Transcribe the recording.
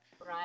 Right